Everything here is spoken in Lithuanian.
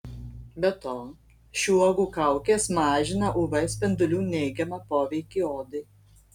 be to šių uogų kaukės mažina uv spindulių neigiamą poveikį odai